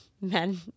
men